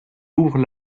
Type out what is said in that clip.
ouvre